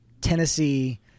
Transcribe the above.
Tennessee